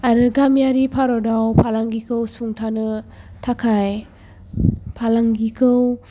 आरो गामियारि भारताव फालांगिखौ सुंथानो थाखाय फालांगिखौ